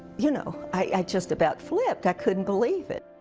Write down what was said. you know, i just about flipped, i couldn't believe it.